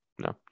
No